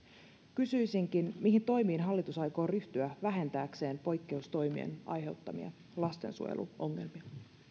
kysyisinkin mihin toimiin hallitus aikoo ryhtyä vähentääkseen poikkeustoimien aiheuttamia lastensuojeluongelmia